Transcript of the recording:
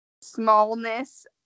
smallness